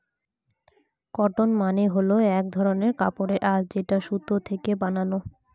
cotton মানে হল এক ধরনের কাপড়ের আঁশ যেটা সুতো থেকে বানানো